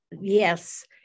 yes